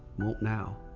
won't now.